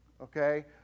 okay